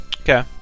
okay